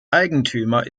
eigentümer